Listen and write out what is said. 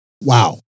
wow